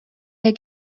der